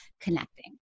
connecting